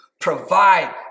provide